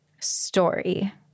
story